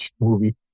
movie